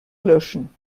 löschen